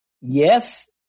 Yes